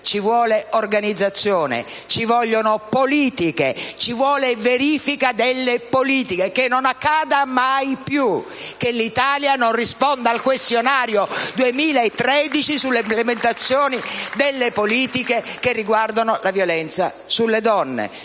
ci vuole organizzazione, ci vogliono politiche, ci vuole verifica delle politiche. Che non accada mai più che l'Italia non risponda al questionario 2013 sull'implementazione delle politiche che riguardano la violenza sulle donne,